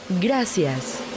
Gracias